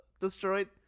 destroyed